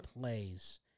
plays